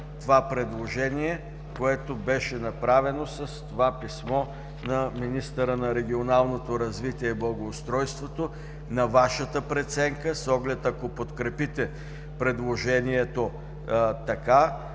това предложение, което беше направено с това писмо на министъра на регионалното развитие и благоустройството на Вашата преценка с оглед, ако подкрепите предложението така,